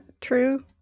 true